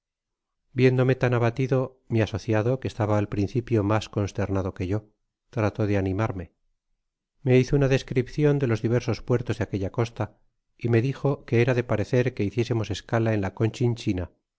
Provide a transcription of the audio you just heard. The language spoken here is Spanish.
viéndome tañabatidp mi asociado que estaba al principio mas consternad que yo trató de animarme me hizo una descripcion de los diversos puertos de aquella costa y me dijo que era de parecer que hiciésemos escala en ia